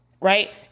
Right